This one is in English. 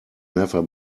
never